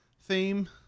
Theme